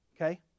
okay